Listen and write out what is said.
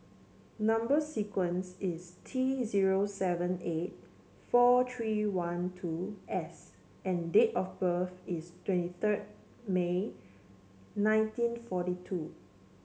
number sequence is T zero seven eight four three one two S and date of birth is twenty third May nineteen forty two